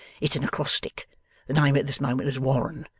it's an acrostic the name at this moment is warren,